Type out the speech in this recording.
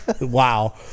Wow